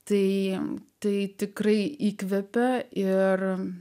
tai jiems tai tikrai įkvepia ir